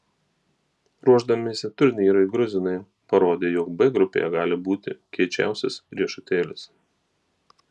ruošdamiesi turnyrui gruzinai parodė jog b grupėje gali būti kiečiausias riešutėlis